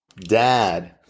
dad